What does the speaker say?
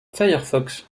firefox